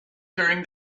during